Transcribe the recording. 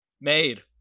made